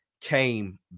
came